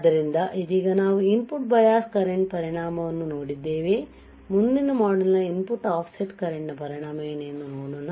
ಆದ್ದರಿಂದ ಇದೀಗ ನಾವು ಇನ್ ಪುಟ್ ಬಯಾಸ್ ಕರೆಂಟ್ ಪರಿಣಾಮವನ್ನು ನೋಡಿದ್ದೇವೆ ಮುಂದಿನ ಮಾಡ್ಯೂಲ್ ನ input offset current ನ ಪರಿಣಾಮವೇನು ಎಂದು ನೋಡೋಣ